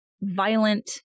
violent